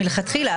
מלכתחילה,